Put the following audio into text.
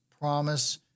promise